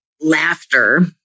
laughter